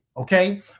Okay